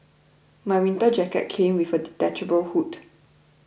my winter jacket came with a detachable hood